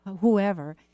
whoever